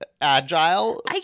agile